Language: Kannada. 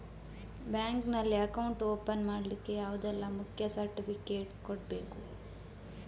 ಬ್ಯಾಂಕ್ ನಲ್ಲಿ ಅಕೌಂಟ್ ಓಪನ್ ಮಾಡ್ಲಿಕ್ಕೆ ಯಾವುದೆಲ್ಲ ಮುಖ್ಯ ಸರ್ಟಿಫಿಕೇಟ್ ಕೊಡ್ಬೇಕು?